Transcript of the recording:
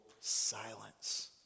silence